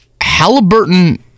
Halliburton